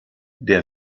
der